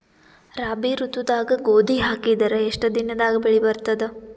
ರಾಬಿ ಋತುದಾಗ ಗೋಧಿ ಹಾಕಿದರ ಎಷ್ಟ ದಿನದಾಗ ಬೆಳಿ ಬರತದ?